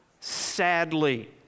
sadly